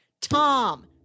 Tom